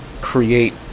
create